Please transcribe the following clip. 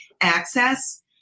access